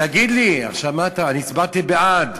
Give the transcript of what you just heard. תגיד לי, עכשיו מה אתה, אני הצבעתי בעד,